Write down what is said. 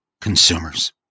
consumers